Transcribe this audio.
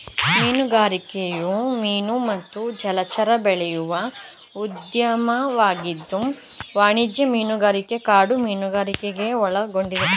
ಮೀನುಗಾರಿಕೆಯು ಮೀನು ಮತ್ತು ಜಲಚರ ಬೆಳೆಸುವ ಉದ್ಯಮವಾಗಿದ್ದು ವಾಣಿಜ್ಯ ಮೀನುಗಾರಿಕೆ ಕಾಡು ಮೀನುಗಾರಿಕೆನ ಒಳಗೊಂಡಿದೆ